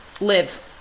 live